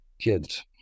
kids